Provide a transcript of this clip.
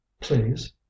Please